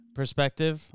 perspective